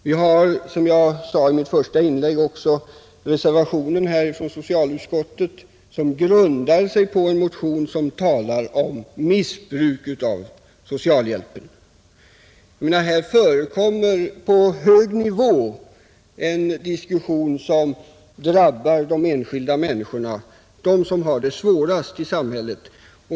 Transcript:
Reservationen i socialutskottets utlåtande nr 24, som jag nämnde i mitt första inlägg, grundar sig på en motion av herr Åkerlind där det talas om missbruk av socialhjälpen, Och här förs på hög nivå en diskussion som drabbar dem som har det svårast i samhället.